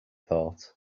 thought